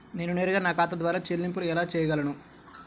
నేను నేరుగా నా ఖాతా ద్వారా చెల్లింపులు ఎలా చేయగలను?